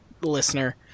listener